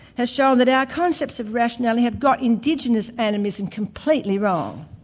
has shown that our concepts of rationality have got indigenous animism completely wrong.